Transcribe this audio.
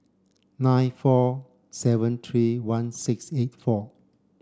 nine four seven three one six eight four